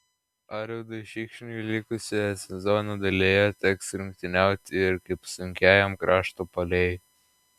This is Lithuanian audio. arvydui šikšniui likusioje sezono dalyje teks rungtyniauti ir kaip sunkiajam krašto puolėjui